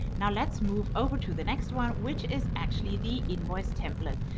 now let's move over to the next one, which is actually the invoice template.